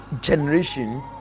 generation